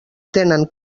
tenen